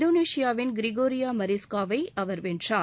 இந்தோனேஷியாவின் கிரிகோரியா மரிஸ்காவை அவர் வென்றார்